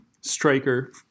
striker